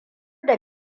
da